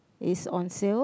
is on sale